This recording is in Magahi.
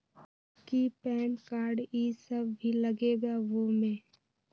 कि पैन कार्ड इ सब भी लगेगा वो में?